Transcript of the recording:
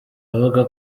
avuga